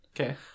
Okay